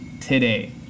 today